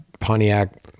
Pontiac